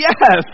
Yes